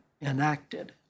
enacted